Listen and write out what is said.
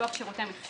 ופיתוח שירותי מחשוב.